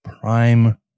prime